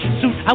suit